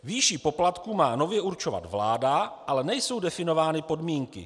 Výši poplatku má nově určovat vláda, ale nejsou definovány podmínky.